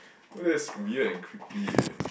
oh that's weird and creepy eh